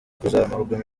kuzamurwa